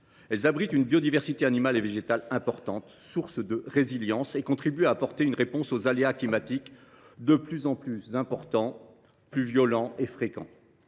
Elles abritent une importante biodiversité animale et végétale, source de résilience, et contribuent à apporter une réponse aux aléas climatiques, de plus en plus importants, violents et fréquents.